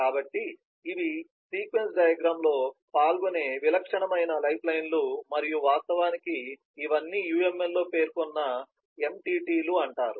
కాబట్టి ఇవి sequence diagram లో పాల్గొనే విలక్షణమైన లైఫ్లైన్లు మరియు వాస్తవానికి ఇవన్నీ UML లో పేరున్న ఎంటిటీలు అంటారు